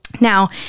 Now